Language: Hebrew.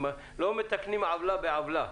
לא מתקנים עוולה בעוולה.